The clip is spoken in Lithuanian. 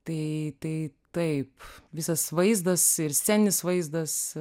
tai tai taip visas vaizdas ir sceninis vaizdas